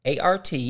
ART